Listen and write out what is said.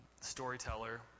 storyteller